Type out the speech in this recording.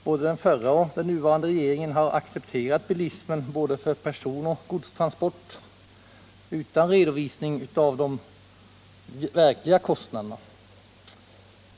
Både den förra och den nuvarande regeringen har accepterat bilismen för såväl personsom godstransporter, utan redovisning av de verkliga kostnaderna.